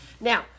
Now